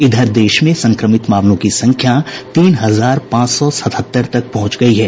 इधर देश में संक्रमित मामलों की संख्या तीन हजार पांच सौ सतहत्तर तक पहुंच गई है